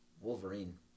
Wolverine